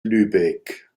lübeck